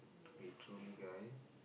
to be truly guy